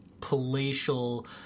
palatial